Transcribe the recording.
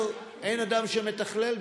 אין אדם שמתכלל.